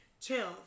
chill